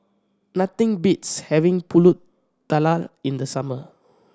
nothing beats having Pulut Tatal in the summer